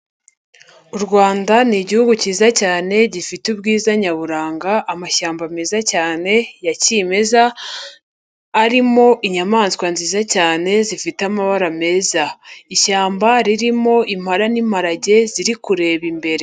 U Rwanda ni Igihugu cyiza cyane gifite ubwiza nyaburanga, amashyamba meza cyane ya kimeza arimo inyamaswa nziza cyane zifite amabara meza. Ishyamba ririmo impala n'imparage ziri kureba imbere.